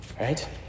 Right